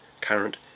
current